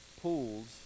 pools